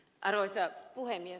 arvoisa puhemies